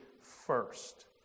first